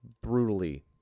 brutally